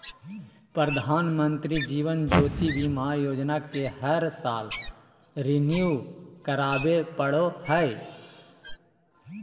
प्रधानमंत्री जीवन ज्योति बीमा योजना के हर साल रिन्यू करावे पड़ो हइ